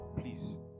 Please